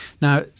Now